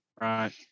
Right